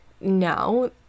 now